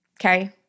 okay